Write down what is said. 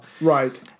Right